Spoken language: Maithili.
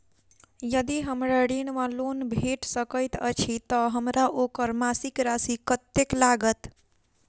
यदि हमरा ऋण वा लोन भेट सकैत अछि तऽ हमरा ओकर मासिक राशि कत्तेक लागत?